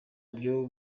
byo